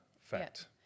fact